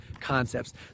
concepts